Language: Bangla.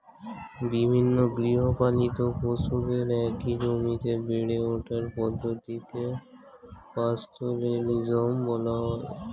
বিভিন্ন গৃহপালিত পশুদের একই জমিতে বেড়ে ওঠার পদ্ধতিকে পাস্তোরেলিজম বলা হয়